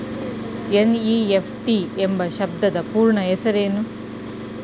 NEFT ಎಂಬ ಶಬ್ದದ ಪೂರ್ಣ ಹೆಸರೇನು?